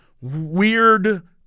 weird